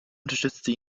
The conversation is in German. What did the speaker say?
unterstützte